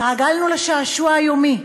התרגלנו לשעשוע היומי.